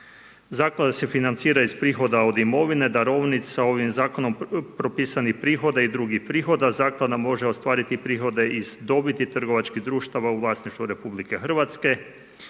Zaklada se financira iz prihoda od imovine, darovnica, ovim zakonom propisanih prihoda i drugih prihoda zaklada može ostvariti prihode iz dobiti trgovačkih društava u vlasništvu RH.